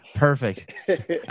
Perfect